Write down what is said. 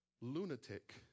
lunatic